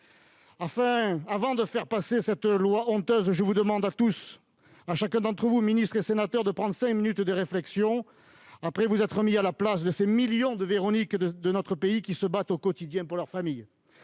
Avant de faire passer cette loi honteuse, je demande à chacun d'entre vous, ministres et sénateurs, de prendre cinq minutes de réflexion après vous être mis à la place de ces millions de Véronique qui se battent au quotidien pour leur famille.